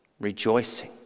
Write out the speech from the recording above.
rejoicing